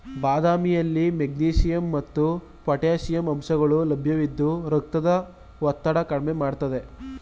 ಬಾದಾಮಿಯಲ್ಲಿ ಮೆಗ್ನೀಷಿಯಂ ಮತ್ತು ಪೊಟ್ಯಾಷಿಯಂ ಅಂಶಗಳು ಲಭ್ಯವಿದ್ದು ರಕ್ತದ ಒತ್ತಡ ಕಡ್ಮೆ ಮಾಡ್ತದೆ